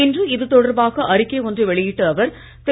இன்று இது தொடர்பாக அறிக்கை ஒன்றை வெளியிட்ட அவர் திரு